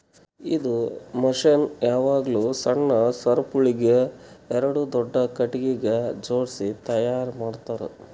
ಇದು ಮಷೀನ್ ಯಾವಾಗ್ಲೂ ಸಣ್ಣ ಸರಪುಳಿಗ್ ಎರಡು ದೊಡ್ಡ ಖಟಗಿಗ್ ಜೋಡ್ಸಿ ತೈಯಾರ್ ಮಾಡ್ತರ್